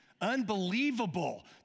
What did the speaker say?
Unbelievable